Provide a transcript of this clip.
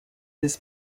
this